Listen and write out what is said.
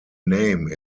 name